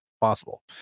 possible